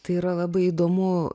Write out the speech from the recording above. tai yra labai įdomu